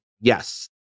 yes